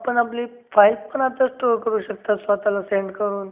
आपण आपली फाईल पण आता स्टोर करू शकतात स्वत ला सेंड करून